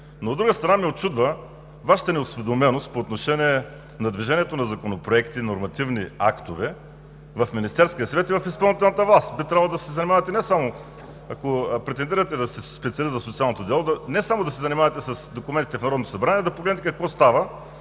От друга страна ме учудва Вашата неосведоменост по отношение на движението на законопроекти, на нормативни актове в Министерския съвет и в изпълнителната власт, ако претендирате да сте специалист в социалното дело не само да се занимавате с документите в Народното събрание, но да погледнете какво става